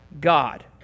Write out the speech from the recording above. God